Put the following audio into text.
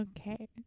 Okay